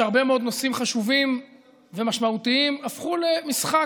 שהרבה מאוד נושאים חשובים ומשמעותיים הפכו למשחק